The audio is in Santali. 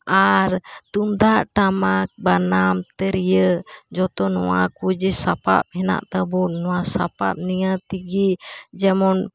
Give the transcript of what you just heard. ᱟᱨ ᱛᱩᱢᱫᱟᱜ ᱴᱟᱢᱟᱠ ᱵᱟᱱᱟᱢ ᱛᱤᱨᱭᱟᱹ ᱡᱚᱛᱚ ᱱᱚᱣᱟ ᱠᱚᱡᱮ ᱥᱟᱯᱟᱯ ᱦᱮᱱᱟᱜ ᱛᱟᱵᱚᱱ ᱱᱚᱣᱟ ᱥᱟᱯᱟᱯ ᱱᱤᱭᱟ ᱛᱮᱜᱮ ᱡᱮᱢᱚᱱ